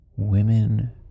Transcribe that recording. Women